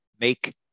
make